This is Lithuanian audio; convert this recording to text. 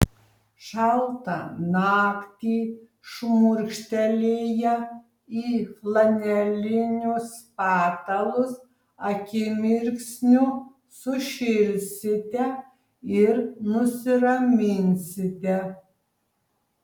šaltą naktį šmurkštelėję į flanelinius patalus akimirksniu sušilsite ir nusiraminsite